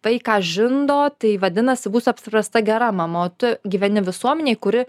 vaiką žindo tai vadinasi būsi apspręsta gera mama o tu gyveni visuomenėj kuri